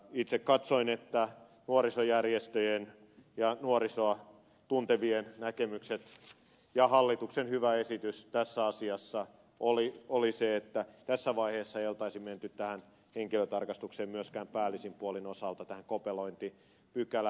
itse katsoin että nuorisojärjestöjen ja nuorisoa tuntevien näkemykset ja hallituksen hyvä esitys tässä asiassa oli se että tässä vaiheessa ei olisi menty tähän henkilötarkastukseen myöskään päällisin puolin tähän kopelointipykälään